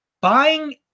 Buying